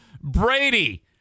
Brady